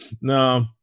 No